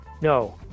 no